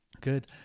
Good